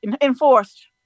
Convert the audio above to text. enforced